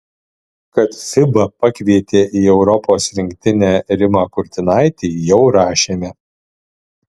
kad fiba pakvietė į europos rinktinę rimą kurtinaitį jau rašėme